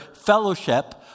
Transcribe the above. fellowship